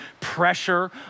pressure